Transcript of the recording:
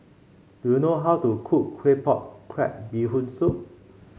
do you know how to cook Claypot Crab Bee Hoon Soup